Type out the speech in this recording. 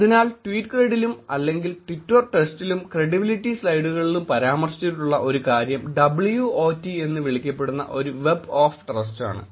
അതിനാൽ ട്വീറ്റ് ക്രെഡിലും അല്ലെങ്കിൽ ട്വിറ്റർ ട്രസ്റ്റിലും ക്രെഡിബിലിറ്റി സ്ലൈഡുകളിലും പരാമർശിച്ചിട്ടുള്ള ഒരു കാര്യം WOT എന്ന് വിളിക്കപ്പെടുന്ന ഒരു വെബ് ഓഫ് ട്രസ്റ്റാണ്